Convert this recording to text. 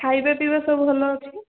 ଖାଇବା ପିଇବା ସବୁ ଭଲ ଅଛି